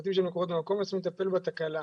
צוותים של מקורות במקור מנסים לטפל בתקלה,